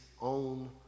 own